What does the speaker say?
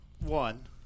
One